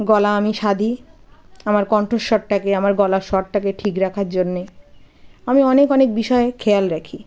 গলা আমি সাধি আমার কণ্ঠস্বরটাকে আমার গলার স্বরটাকে ঠিক রাখার জন্যে আমি অনেক অনেক বিষয়ে খেয়াল রাখি